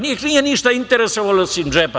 Njih nije ništa interesovalo, osim džepa.